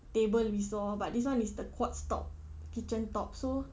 table we saw but this [one] is the quartz top kitchen top so